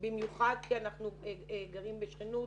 במיוחד כי אנחנו גרים בשכנות,